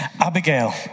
Abigail